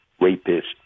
rapist